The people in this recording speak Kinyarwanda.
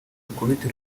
zikubita